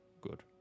Good